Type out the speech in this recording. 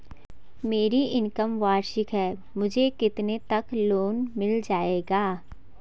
मेरी इनकम वार्षिक है मुझे कितने तक लोन मिल जाएगा?